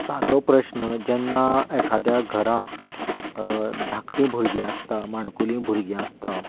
सादो प्रस्न जेन्ना एखाद्या घरांत धाकटी भुरगीं आसता माणकुलीं भुरगीं आसात